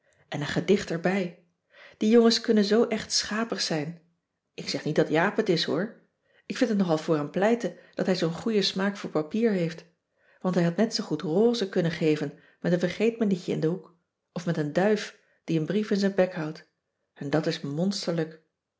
en een gedicht erbij die jongens kunnen zoo echt schapig zijn ik zeg niet dat jaap het is hoor k vind het nogal voor hem pleiten dat hij zoo'n goeie smaak voor papier heeft want hij had net zoo goed rose kunnen geven met een vergeet mij nietje in den hoek of met een duif die een brief in zijn bek houdt en dat is